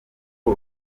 ubu